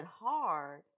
hard